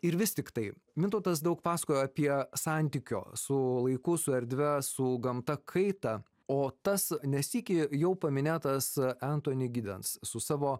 ir vis tiktai mintautas daug pasakojo apie santykio su laiku su erdve su gamta kaitą o tas ne sykį jau paminėtas anthony giddens su savo